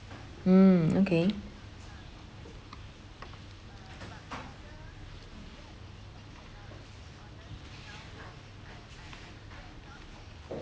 mm okay